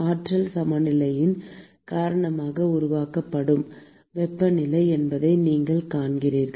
ஆற்றல் சமநிலையின் காரணமாக உருவாக்கப்படும் வெப்பம் இல்லை என்பதை நீங்கள் காண்கிறீர்கள்